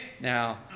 Now